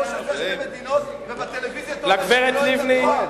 הקפאתם בירושלים ואפילו לא מדברים אתכם,